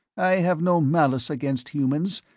i have no malice against humans.